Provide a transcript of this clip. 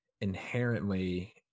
inherently